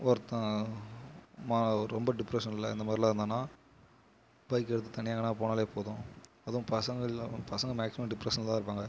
ஒருத்தன் ஒரு ரொம்ப டிப்ரெஷனில் இந்த மாதிரிலாம் இருந்தான்னா பைக்கை எடுத்து தனியாக எங்கேன்னா போனால் போதும் அதுவும் பசங்கள் இல்லைனா பசங்கள் மேக்ஸிமம் டிப்ரெஷனில் தான் இருப்பாங்க